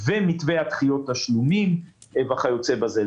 ומתווה דחיית תשלומים וכיוצא בזה.